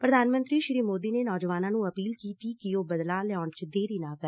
ਪੁਧਾਨ ਮੰਤਰੀ ਸ੍ਰੀ ਮੋਦੀ ਨੇ ਨੌਜਵਾਨਾਂ ਨੂੰ ਅਪੀਲ ਕੀਤੀ ਕਿ ਉਹ ਬਦਲਾਅ ਲਿਆਉਣ ਚ ਦੇਰੀ ਨਾ ਕਰਨ